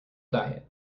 diet